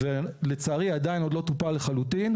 לצערי עדיין עוד לא טופל לחלוטין,